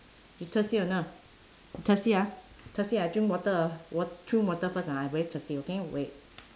you thirsty or not thirsty ah thirsty I drink water ah wat~ drink water first ah I very thirsty okay wait